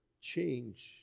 change